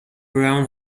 brown